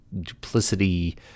duplicity